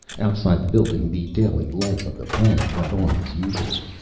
outside the building the daily life of the planet went on as usual.